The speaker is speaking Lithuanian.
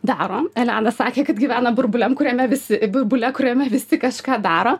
daro elena sakė kad gyvena burbule kuriame visi burbule kuriame visi kažką daro